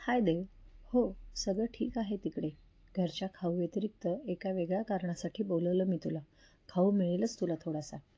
हाय देव हो सगळं ठीक आहे तिकडे घरच्या खाऊ व्यतिरिक्त एका वेगळ्या कारणासाठी बोलवलं मी तुला खाऊ मिळेलच तुला थोडासा